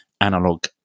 analog